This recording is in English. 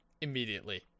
Immediately